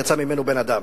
יצא ממנו בן-אדם.